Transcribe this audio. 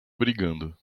brigando